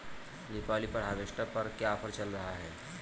दीपावली पर हार्वेस्टर पर क्या ऑफर चल रहा है?